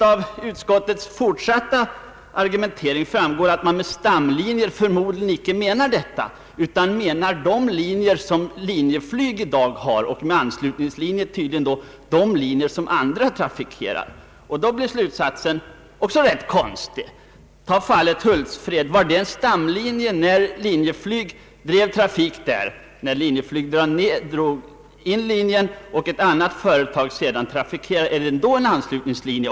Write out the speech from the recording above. Av utskottets fortsatta argumentering framgår att med stamlinjer menas förmodligen inte vad jag nyss talat om, utan också de linjer som Linjeflyg i dag har. Med anslutningslinjer avses tydligen då de linjer som andra företag trafikerar. I så fall blir slutsatsen också rätt konstig. Var linjen till Hultsfred en stamlinje när Linjeflyg drev den? När Linjeflyg lade ned linjen och ett annat företag trafikerade den, blev den då en anslutningslinje?